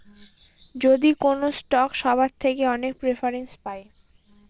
যদি কোনো স্টক সবার থেকে অনেক প্রেফারেন্স পায়